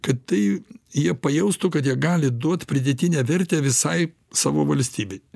kad tai jie pajaustų kad jie gali duot pridėtinę vertę visai savo valstybei